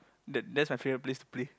that that's my favorite place to play